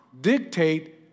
dictate